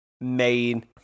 main